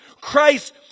Christ